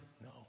No